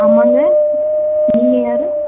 ஆமாங்க நீங்கள் யார்